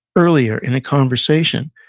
earlier in the conversation,